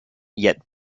yet